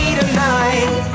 tonight